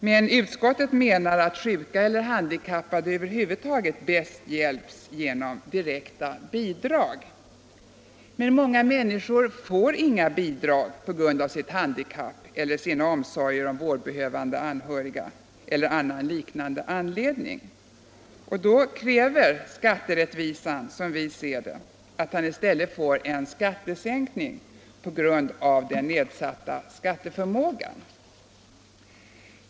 Men utskottet menar att sjuka eller Torsdagen den handikappade över huvud taget bäst hjälps genom direkta bidrag. Många 13 märs'1975 människor får emellertid inga bidrag på grund av sitt handikapp eller sina omsorger om vårdbehövande anhörig eller av liknande anledning. = Avdraget för Då kräver skatterättvisan, som vi ser det, att de i stället får en skat — väsentligen nedsatt tesänkning på grund av den nedsatta skatteförmågan.